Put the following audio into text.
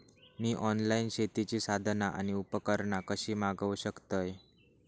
मी online शेतीची साधना आणि उपकरणा कशी मागव शकतय?